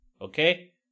Okay